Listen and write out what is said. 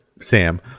Sam